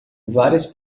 várias